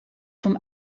vom